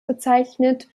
bezeichnet